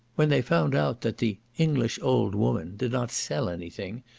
when they found out that the english old woman did not sell anything,